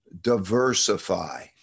Diversify